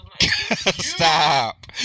Stop